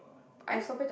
I